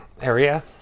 area